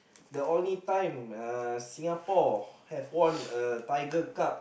the only time uh Singapore have won a Tiger Cup